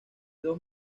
dos